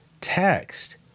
text